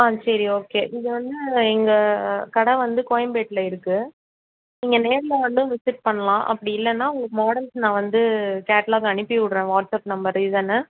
ஆ சரி ஓகே நீங்கள் வந்து எங்கள் கடை வந்து கோயம்பேட்டில் இருக்கு நீங்கள் நேரில் வந்தும் விசிட் பண்ணலாம் அப்படி இல்லைன்னா உங்களுக்கு மாடல்ஸ் நான் வந்து கேட்லாக் அனுப்பி விட்றேன் வாட்ஸ்அப் நம்பர் இதானே